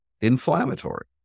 inflammatory